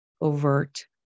overt